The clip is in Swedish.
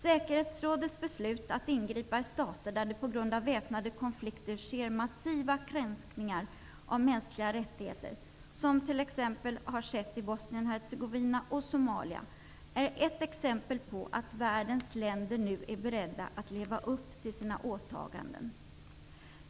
Säkerhetsrådets beslut att ingripa i stater där det på grund av väpnade konflikter sker massiva kränkningar av mänskliga rättigheter, som t.ex. har skett i Bosnien Hercegovina och Somalia, är ett exempel på att världens länder nu är beredda att leva upp till sina åtaganden.